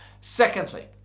Secondly